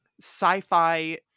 sci-fi